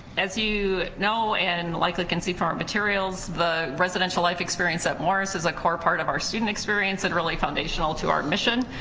as you know and likely can see from our materials, the residential life experience at morris is a core part of our student experience and really foundational to our mission,